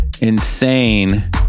Insane